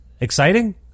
exciting